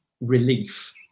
relief